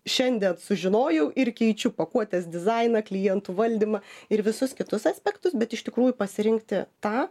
šiandien sužinojau ir keičiu pakuotės dizainą klientų valdymą ir visus kitus aspektus bet iš tikrųjų pasirinkti tą